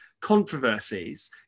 controversies